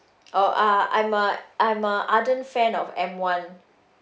oh uh I'm a I'm a ardent fan of M one